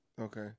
okay